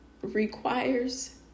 requires